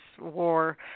War